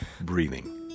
breathing